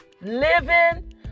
Living